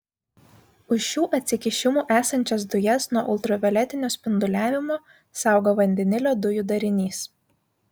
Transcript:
už šių atsikišimų esančias dujas nuo ultravioletinio spinduliavimo saugo vandenilio dujų darinys